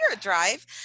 drive